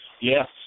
Yes